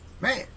Man